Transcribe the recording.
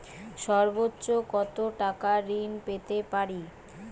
সর্বোচ্চ কত টাকা ঋণ পেতে পারি?